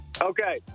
Okay